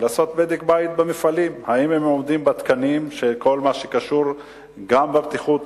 לעשות בדק במפעלים: האם הם עומדים בתקנים בכל מה שקשור גם בבטיחות